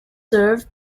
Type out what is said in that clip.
served